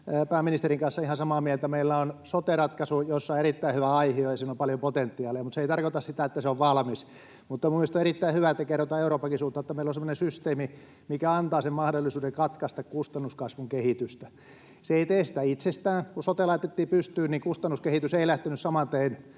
pääministerin kanssa ihan samaa mieltä: meillä on sote-ratkaisu, jossa on erittäin hyvä aihio, ja siinä on paljon potentiaalia, mutta se ei tarkoita sitä, että se on valmis. Mutta minusta on erittäin hyvä, että kerrotaan Euroopankin suuntaan, että meillä on semmoinen systeemi, mikä antaa sen mahdollisuuden katkaista kustannuskasvun kehitystä. Se ei tee sitä itsestään. Kun sote laitettiin pystyyn, niin kustannuskehitys ei lähtenyt saman tein